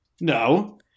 No